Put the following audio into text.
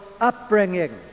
upbringing